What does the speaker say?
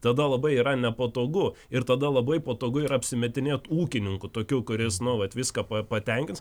tada labai yra nepatogu ir tada labai patogu yra apsimetinėt ūkininku tokiu kuris nu vat viską pa patenkins